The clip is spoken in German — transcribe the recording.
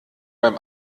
beim